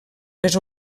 les